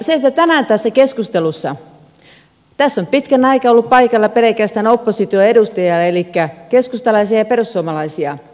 tänään tässä keskustelussa on pitkän aikaa ollut paikalla pelkästään opposition edustajia elikkä keskustalaisia ja perussuomalaisia